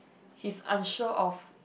he's unsure of